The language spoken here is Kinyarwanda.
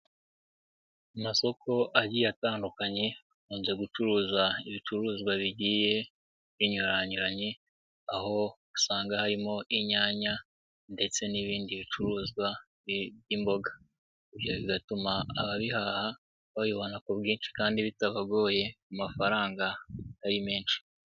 Amasoko agiye atandukanye akunze gucuruza ibicuruzwa bigiye binyuranyuranye aho usanga harimo inyanya ndetse n'ibindi bicuruzwa by'imboga, ibyo bigatuma ababihaha babibona ku bwinshi kandi bitabagoye mafaranga atari menshi.